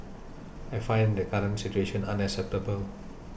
I find the current situation unacceptable